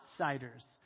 outsiders